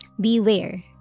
beware